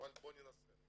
-- אבל בואו ננסה.